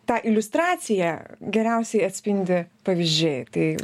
tą iliustraciją geriausiai atspindi pavyzdžiai tai